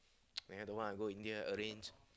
!aiya! don't want I go India arrange